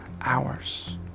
hours